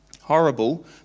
horrible